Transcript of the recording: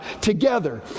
together